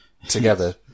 together